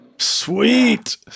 Sweet